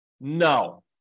No